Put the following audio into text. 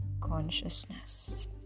consciousness